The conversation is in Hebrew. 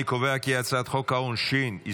אני קובע כי הצעת חוק העונשין (תיקון,